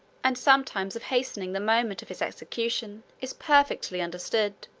and sometimes of hastening the moment of its execution, is perfectly understood